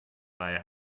bei